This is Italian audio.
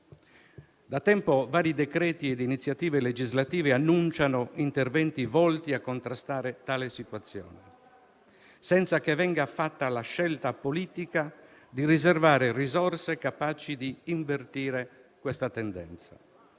Da tempo vari decreti-legge e iniziative legislative annunciano interventi volti a contrastare tale situazione, senza che venga fatta la scelta politica di riservare risorse capaci di invertire questa tendenza.